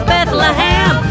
Bethlehem